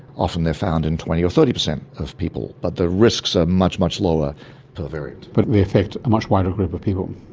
often they're found in twenty or thirty per cent of people, but the risks are much, much lower per variant. but they affect a much wider group of people.